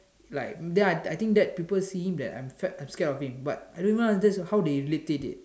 is like then I I think that people see him that I I'm scared of him but I don't know that's how they relate it